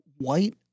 white